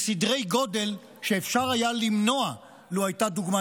בסדרי גודל שאפשר היה למנוע לו הייתה דוגמה